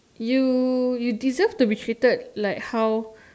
you you deserve to be treated like how